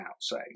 say